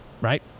right